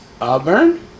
Auburn